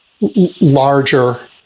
larger